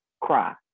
cry